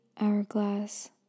hourglass